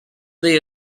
dei